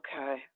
Okay